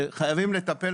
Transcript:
חייבים לטפל.